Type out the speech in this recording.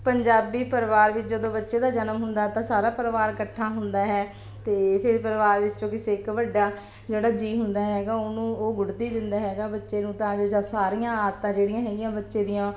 ਪੰਜਾਬੀ ਪਰਿਵਾਰ ਵਿੱਚ ਜਦੋਂ ਬੱਚੇ ਦਾ ਜਨਮ ਹੁੰਦਾ ਤਾਂ ਸਾਰਾ ਪਰਿਵਾਰ ਇਕੱਠਾ ਹੁੰਦਾ ਹੈ ਅਤੇ ਫਿਰ ਪਰਿਵਾਰ ਵਿੱਚੋਂ ਕਿਸੇ ਇੱਕ ਵੱਡਾ ਜਿਹੜਾ ਜੀਅ ਹੁੰਦਾ ਹੈਗਾ ਉਹਨੂੰ ਉਹ ਗੁੜਤੀ ਦਿੰਦਾ ਹੈਗਾ ਬੱਚੇ ਨੂੰ ਤਾਂ ਜੋ ਸਾਰੀਆਂ ਆਦਤਾਂ ਜਿਹੜੀਆਂ ਹੈਗੀਆਂ ਬੱਚੇ ਦੀਆਂ